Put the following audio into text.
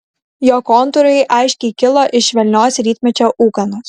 jo kontūrai aiškiai kilo iš švelnios rytmečio ūkanos